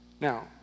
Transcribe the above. Now